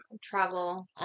travel